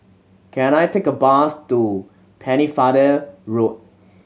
can I take a bus to Pennefather Road